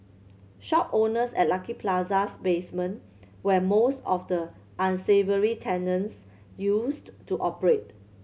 shop owners at Lucky Plaza's basement where most of the unsavoury tenants used to operate